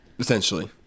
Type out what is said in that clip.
Essentially